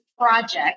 project